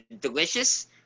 delicious